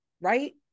right